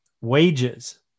wages